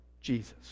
Jesus